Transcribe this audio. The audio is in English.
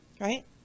right